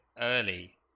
early